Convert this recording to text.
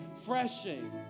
refreshing